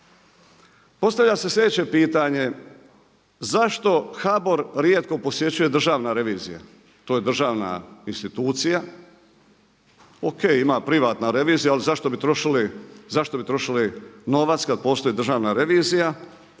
Postavlja se sljedeće pitanje zašto HBOR rijetko posjećuje Državna revizija? To je državna institucija. O.k. ima privatna revizija, ali zašto bi trošili novac kad postoji Državna revizija,